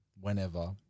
whenever